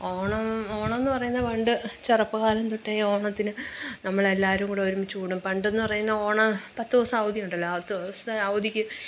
ഓണം ഓണം എന്നു പറയുന്നത് പണ്ട് ചെറുപ്പ കാലം തൊട്ടേ ഓണത്തിന് നമ്മളെല്ലാവരും കൂടെ ഒരുമിച്ച് കൂടും പണ്ടെന്നു പറയുന്ന ഓണം പത്തു ദിവസം അവധി ഉണ്ടല്ലോ ആ പത്തു ദിവസം അവധിക്ക്